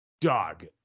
dog